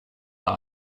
par